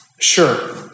Sure